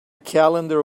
calendar